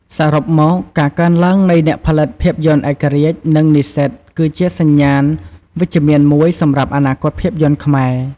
សរុបមក ការកើនឡើងនៃអ្នកផលិតភាពយន្តឯករាជ្យ និងនិស្សិត គឺជាសញ្ញាណវិជ្ជមានមួយសម្រាប់អនាគតភាពយន្តខ្មែរ។